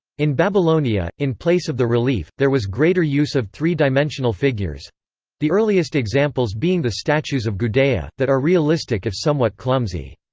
in babylonia, in place of the relief, there was greater use of three-dimensional figures the earliest examples being the statues of gudea, that are realistic if somewhat clumsy.